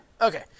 Okay